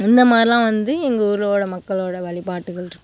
இந்தமாதிரிலாம் வந்து எங்கள் ஊரோட மக்களோட வழிபாட்டுகள் இருக்கு